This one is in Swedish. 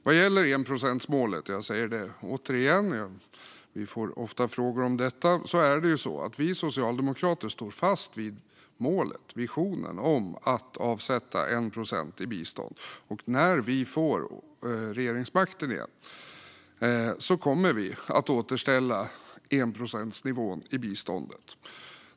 Jag säger det återigen, eftersom vi ofta får frågor om detta: Vi socialdemokrater står fast vid målet, visionen, om att avsätta 1 procent till bistånd. När vi får tillbaka regeringsmakten kommer vi att återställa enprocentsnivån i biståndet.